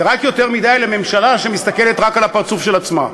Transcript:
זה רק יותר מדי לממשלה שמסתכלת רק על הפרצוף של עצמה.